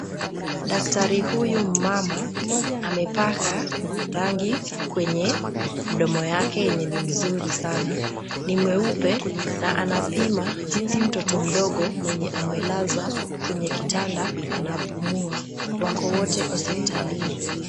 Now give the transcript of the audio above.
Daktari huyu mmama amepaka rangi kwenye mdomo yake yenye ni mzuri sana. Ni mweupe na anapima jinsi mtoto mdogo mwenye amelazwa kwenye kitanda anapumua. Wako wote hospitalini.